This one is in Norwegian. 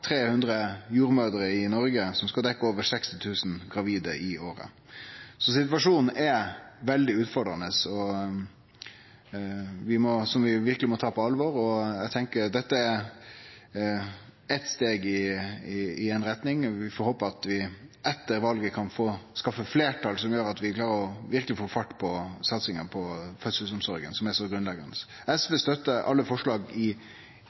300 jordmødrer i Noreg som skal dekkje meir enn 60 000 gravide i året. Så situasjonen er veldig utfordrande, ein situasjon vi verkeleg må ta på alvor. Eg tenkjer at dette er eitt steg i ei retning – vi får håpe at vi etter valet kan få skaffe eit fleirtal som gjer at vi verkeleg klarer å få fart på satsinga på fødselsomsorga, som er så grunnleggjande. SV støttar alle forslaga i innstillinga. Eg tek opp våre eigne forslag.